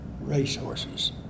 racehorses